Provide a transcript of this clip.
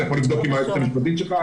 אתה יכול לבדוק עם היועצת המשפטית שלך,